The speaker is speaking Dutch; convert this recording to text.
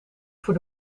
voor